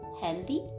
healthy